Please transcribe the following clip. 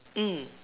mm